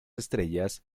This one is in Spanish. estrellas